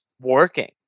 working